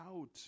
out